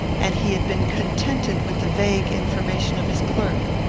and he had been contented with the vague information of his clerk.